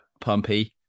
pumpy